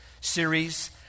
series